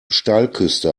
steilküste